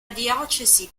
diocesi